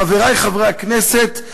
חברי חברי הכנסת,